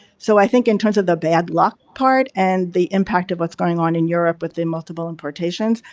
so, i think in terms of the bad luck part and the impact of what's going on in europe with the multiple importations,